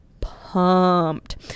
pumped